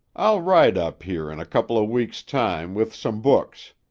i'll ride up here in a couple of weeks' time with some books.